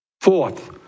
Fourth